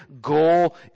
goal